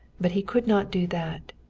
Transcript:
but he could not do that,